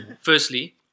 Firstly